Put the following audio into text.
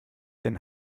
den